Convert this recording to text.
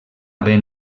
ben